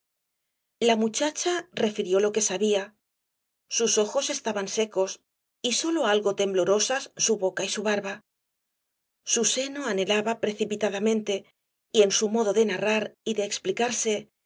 la muchacha refirió lo que sabía sus ojos estaban secos y sólo algo temblorosas su boca y barba su seno anhelaba precipitadamente y en su modo de narrar y de explicarse